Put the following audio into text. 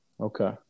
Okay